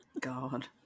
God